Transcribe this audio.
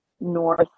north